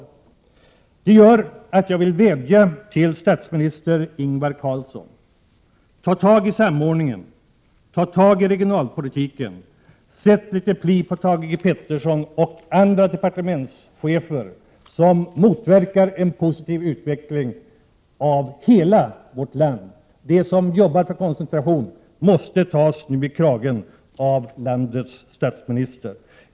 Detta gör att jag vill vädja till statsminister Ingvar Carlsson: Ta tag i samordningen! Ta tag i regionalpolitiken! Sätt litet pli på Thage G Peterson och andra departementschefer som motverkar en positiv utveckling av hela vårt land! De som jobbar för koncentration måste tas i kragen av landets statsminister.